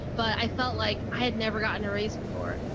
but i felt like i had never gotten a raise before.